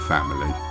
Family